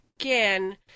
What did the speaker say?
again